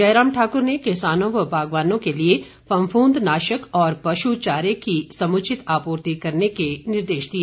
जयराम ठाकुर ने किसानों व बागवानों के लिए फफूंद नाशक और पशु चारे की समुचित आपूर्ति करने के निर्देश दिए